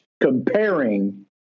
comparing